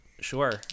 Sure